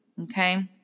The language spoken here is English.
Okay